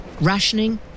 Rationing